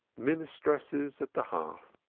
ministresses at the hearth.